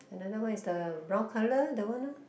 another one is the brown colour the one lor